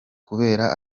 kubera